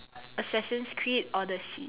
Assassin's Creed Odyssey